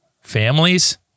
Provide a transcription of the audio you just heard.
families